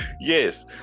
Yes